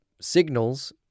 signals